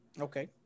Okay